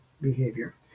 behavior